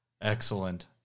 Excellent